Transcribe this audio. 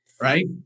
right